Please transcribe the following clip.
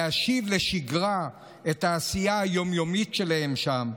להשיב לשגרה את העשייה היום-יומית שלהם שם,